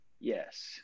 Yes